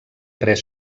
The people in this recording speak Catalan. pres